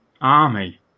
army